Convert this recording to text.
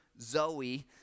Zoe